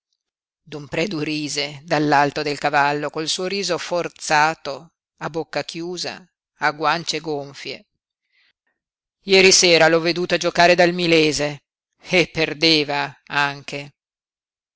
predu rise dall'alto del cavallo col suo riso forzato a bocca chiusa a guance gonfie ieri sera l'ho veduto a giocare dal milese e perdeva anche